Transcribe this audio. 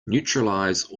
neutralize